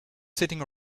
sitting